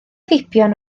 feibion